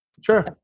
Sure